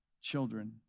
children